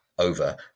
Over